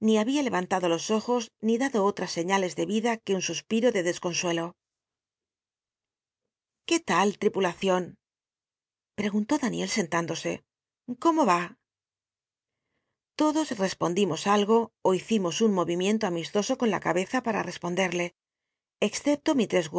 t do los ojos ni darlo otra c'iia les tic ida que un suspiro de des on nc'l qué tal tripr rla ion pr'cguntó lhnic'i n hinrlosc cómo a tocios respondimos algo ó hicimos un mo imiento amistoso con la cabeza para rcspondcl'lc excepto